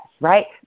right